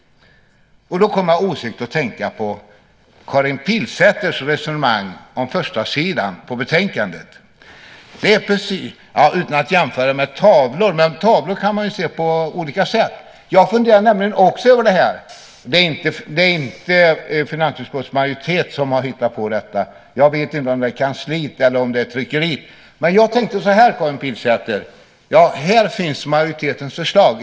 Då kommer jag osökt att tänka på Karin Pilsäters resonemang om framsidan på betänkandet. Utan att jämföra med tavlor, men tavlor kan man se på olika sätt. Jag funderar nämligen också över framsidan. Det är inte, såvitt jag vet, finansutskottets majoritet som hittat på detta. Jag vet inte heller om det är kansliet eller om det är tryckeriet som har gjort det. Men jag tänkte så här, Karin Pilsäter: I den stora ramen finns majoritetens förslag.